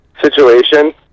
situation